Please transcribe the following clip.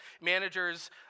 manager's